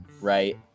right